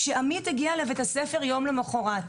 עמית הגיע לבית הספר יום למוחרת.